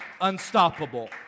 unstoppable